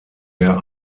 der